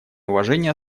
уважения